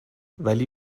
ولی